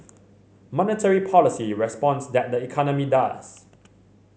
monetary policy responds tat the economy does